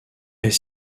est